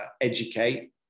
educate